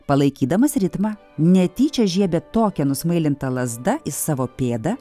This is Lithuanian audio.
palaikydamas ritmą netyčia žiebė tokia nusmailinta lazda į savo pėdą